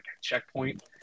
checkpoint